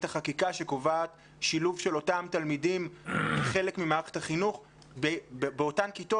החקיקה שקובעת שילוב של אותם תלמידים כחלק ממערכת החינוך באותן כיתות.